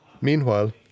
Meanwhile